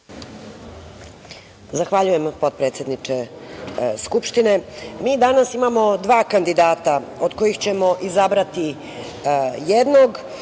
Zahvaljujem, potpredsedniče Skupštine. Mi danas imamo dva kandidata, od kojih ćemo izabrati jednog.